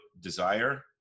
desire